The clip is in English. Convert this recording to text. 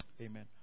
Amen